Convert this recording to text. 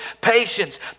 Patience